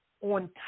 on